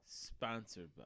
sponsored